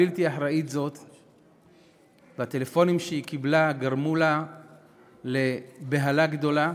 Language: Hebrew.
הודעה בלתי אחראית זו והטלפונים שהיא קיבלה גרמו לה בהלה גדולה.